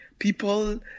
People